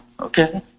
Okay